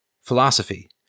Philosophy